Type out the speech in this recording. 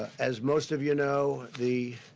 as most of you know, the